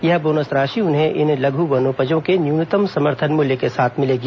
यह बोनस राशि उन्हें इन लघ् वनोपजों के न्यूनतम समर्थन मूल्य के साथ मिलेगी